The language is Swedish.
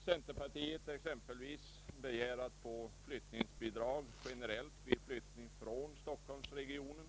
Centerpartiet exempelvis begär att få flyttningsbidrag generellt vid flyttning från Stockholmsregionen.